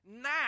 Now